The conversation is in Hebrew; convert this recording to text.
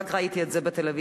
רק ראיתי את זה בטלוויזיה,